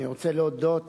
אני רוצה להודות